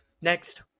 next